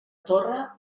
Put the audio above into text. torre